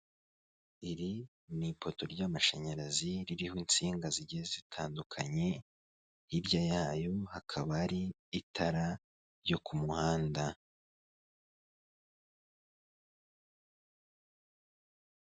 Iri ni ipoto ry'amashanyarazi ririho insinga zigenda zitandukanye, hirya yayo hakaba ari itara ryo ku muhanda.